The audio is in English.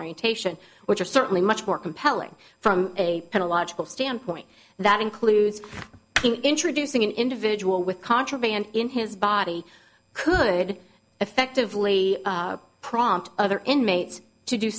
orientation which are certainly much more compelling from a kind of logical standpoint that includes introducing an individual with contraband in his body could effectively prompt other inmates to do